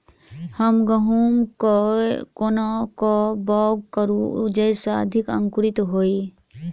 हम गहूम केँ कोना कऽ बाउग करू जयस अधिक अंकुरित होइ?